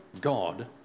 God